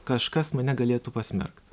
kažkas mane galėtų pasmerkt